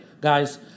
Guys